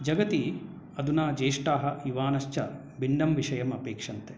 जगति अधुना ज्येष्ठाः युवानश्च भिन्नं विषयम् अपेक्षन्ते